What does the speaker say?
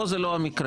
פה זה לא המקרה,